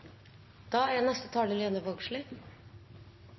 Da har representanten Lene Vågslid